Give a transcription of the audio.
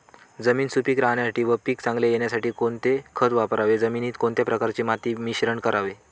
जमीन सुपिक राहण्यासाठी व पीक चांगले येण्यासाठी कोणते खत वापरावे? जमिनीत कोणत्या प्रकारचे माती मिश्रण करावे?